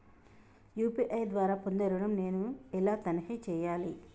UPI ద్వారా పొందే ఋణం నేను ఎలా తనిఖీ చేయాలి?